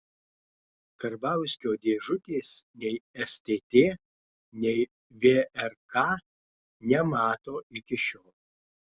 karbauskio dėžutės nei stt nei vrk nemato iki šiol